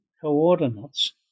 coordinates